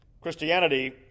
Christianity